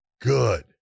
good